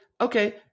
okay